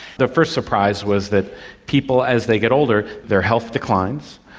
the first surprise was that people as they get older, their health declines,